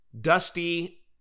Dusty